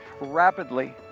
rapidly